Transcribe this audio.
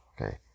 Okay